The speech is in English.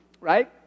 Right